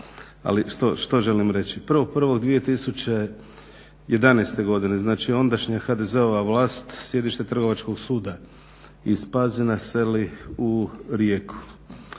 ali što želim reći. 1.1.2011.godine ondašnja HDZ-ova vlast sjedište Trgovačkog suda iz Pazina seli u Rijeku